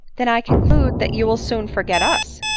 then i conclude that you will soon forget us.